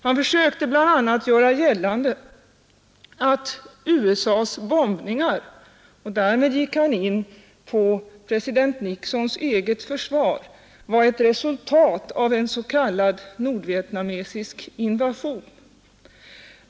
Han försökte bl.a. göra gällande att USA:s bombningar — och därmed gick han in på president Nixons eget försvar — var ett resultat av en s.k. nordvietnamesisk invasion.